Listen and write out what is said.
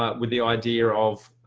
ah with the idea of